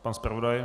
Pan zpravodaj?